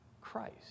Christ